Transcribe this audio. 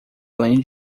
além